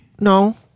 No